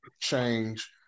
change